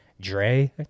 Dre